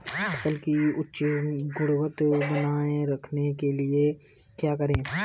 फसल की उच्च गुणवत्ता बनाए रखने के लिए क्या करें?